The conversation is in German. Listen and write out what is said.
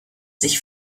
sich